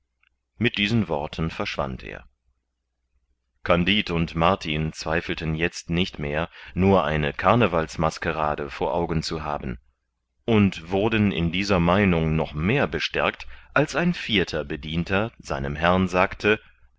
mit diesen worten verschwand er kandid und martin zweifelten jetzt nicht mehr nur eine carnevalsmaskerade vor augen zu haben und wurden in dieser meinung noch mehr bestärkt als ein vierter bedienter seinem herrn sagte